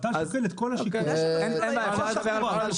הות"ל מחליט איפה תהיה תחנה,